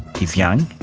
he's young,